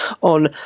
on